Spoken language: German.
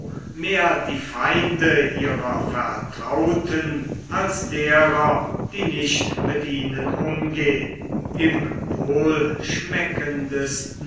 mehr die feinde ihrer vertrauten als derer die nicht mit ihnen umgehen im